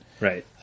Right